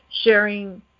sharing